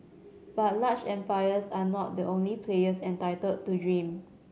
but large empires are not the only players entitled to dream